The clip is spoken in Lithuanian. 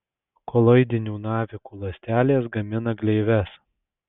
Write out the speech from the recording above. koloidinių navikų ląstelės gamina gleives